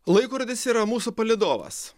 laikrodis yra mūsų palydovas